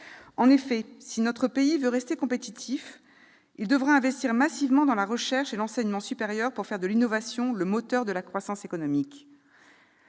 En effet, si notre pays veut rester compétitif, il devra investir massivement dans la recherche et l'enseignement supérieur pour faire de l'innovation le moteur de la croissance économique.